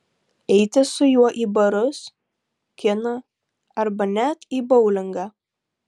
eiti su juo į barus kiną arba net į boulingą